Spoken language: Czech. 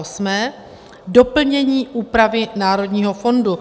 8. doplnění úpravy Národního fondu.